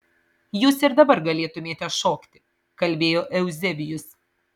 jūs ir dabar galėtumėte šokti kalbėjo euzebijus